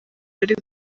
ari